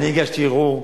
תראה, אני הגשתי ערעור.